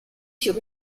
sur